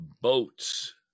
boats